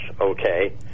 okay